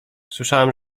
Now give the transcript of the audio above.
słyszałam